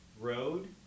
road